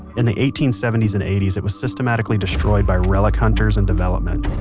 in the eighteen seventy s and eighty s, it was systematically destroyed by relic hunters and development.